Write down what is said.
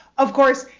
of course,